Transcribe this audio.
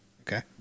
Okay